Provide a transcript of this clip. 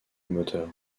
moteur